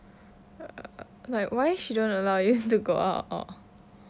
err like why she don't allow you to go out or